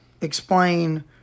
explain